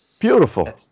beautiful